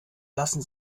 lassen